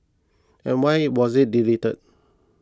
and why was it deleted